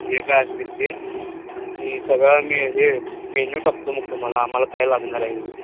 जे काय असतील ते आणखी सगळा मे हे मेन्यू टाकतो मग तुम्हाला आम्हाला काय लागणार आहे